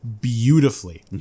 beautifully